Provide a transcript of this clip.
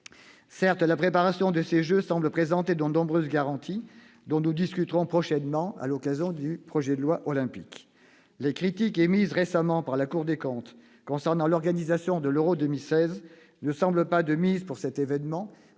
Certes, la préparation de ces jeux semble présenter de nombreuses garanties, dont nous discuterons prochainement à l'occasion du projet de loi olympique. Les critiques émises récemment par la Cour des comptes concernant l'organisation de l'Euro 2016 ne semblent pas de mise pour cet événement,